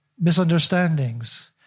misunderstandings